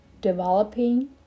Developing